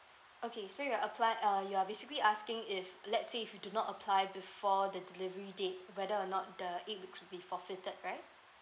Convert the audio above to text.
okay so you're applied uh you're basically asking if let's say if you do not apply before the delivery date whether or not the eight weeks will be forfeited right